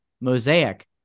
mosaic